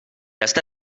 està